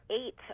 eight